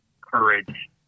courage